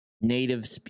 native